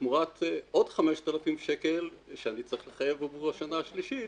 ותמורת עוד 5,000 שקלים שאני צריך לשלם עבור השנה השלישית,